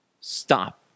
stop